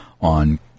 on